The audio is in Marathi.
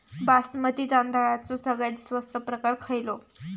बासमती तांदळाचो सगळ्यात स्वस्त प्रकार खयलो?